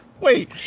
Wait